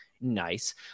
Nice